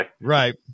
right